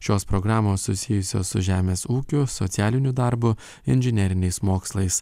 šios programos susijusios su žemės ūkiu socialiniu darbu inžineriniais mokslais